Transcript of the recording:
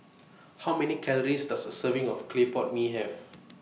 How Many Calories Does A Serving of Clay Pot Mee Have